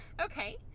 Okay